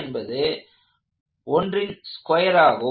என்பது 1ன் ஸ்கொயர் ஆகும்